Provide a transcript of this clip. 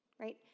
right